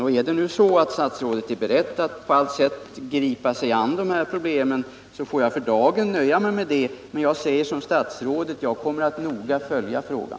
Och är nu statsrådet beredd att på allt sätt gripa sig an de här problemen får jag för dagen nöja mig med det beskedet. Men jag säger som statsrådet: Jag kommer att noga följa frågan.